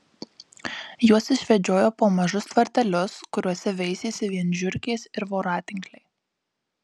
juos išvedžiojo po mažus tvartelius kuriuose veisėsi vien žiurkės ir voratinkliai